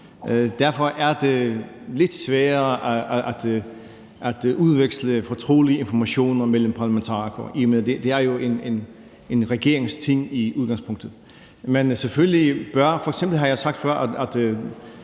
Derfor er det lidt sværere at udveksle fortrolige informationer mellem parlamentarikere. Det er jo i udgangspunktet en regeringsting. Jeg har f.eks. sagt før, at